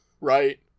Right